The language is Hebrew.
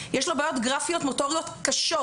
יש לו בעיות גרפיות-מוטוריות קשות,